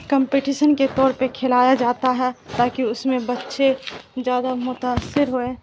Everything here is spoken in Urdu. کمپٹیشن کے طور پہ کھلایا جاتا ہے تاکہ اس میں بچے زیادہ متاثر ہوئے